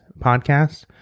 podcast